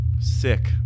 Sick